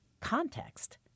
context